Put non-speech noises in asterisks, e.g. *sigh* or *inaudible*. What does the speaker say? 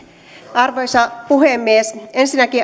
arvoisa puhemies ensinnäkin *unintelligible*